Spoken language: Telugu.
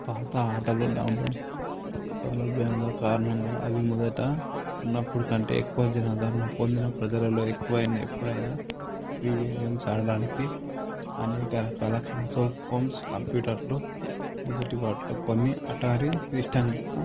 పాత ఆటలు డౌన్లోడ్స్ సౌలభ్యంగా కారణంగా అవి మొదట ఉన్నపుడుకంటే ఎక్కువ జనాదరణ పొందిన ప్రజలలో ఎక్కువయినా ఎప్పుడైనా వీడియో గేమ్స్ ఆడడానికి అనేక రకాల కన్సోల్ హోమ్స్ కంప్యూటర్లు మొదటి వాటిలో కొన్ని అటారీ ఇష్టంగా